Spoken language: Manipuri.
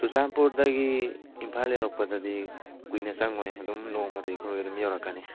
ꯆꯨꯔꯥꯆꯥꯟꯄꯨꯔꯗꯒꯤ ꯏꯝꯐꯥꯜ ꯌꯧꯔꯛꯄꯗꯗꯤ ꯀꯨꯏꯅ ꯆꯪꯉꯣꯏ ꯑꯗꯨꯝ ꯅꯣꯡꯃꯗ ꯑꯩꯈꯣꯏ ꯑꯗꯨꯝ ꯌꯧꯔꯛꯅꯤ